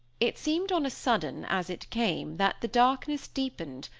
it seemed on a sudden, as it came, that the darkness deepened,